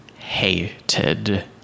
hated